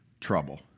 trouble